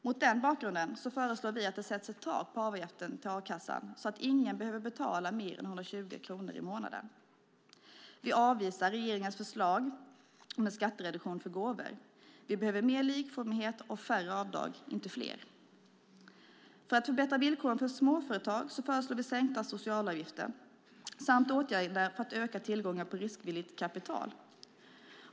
Mot den bakgrunden föreslår vi att det sätts ett tak på avgiften till a-kassan, så att ingen behöver betala mer än 120 kronor i månaden. Vi avvisar regeringens förslag om en skattereduktion för gåvor. Vi behöver mer likformighet och färre avdrag, inte fler. För att förbättra villkoren för småföretag föreslår vi sänkta socialavgifter samt åtgärder för att öka tillgången på riskvilligt kapital.